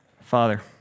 Father